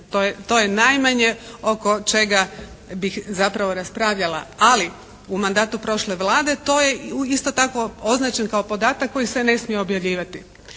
to je najmanje oko čega bih zapravo raspravljala. Ali u mandatu prošle Vlade to je isto tako označen kao podatak koji se ne smije objavljivati.